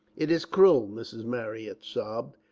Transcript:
it is cruel, mrs. marryat sobbed,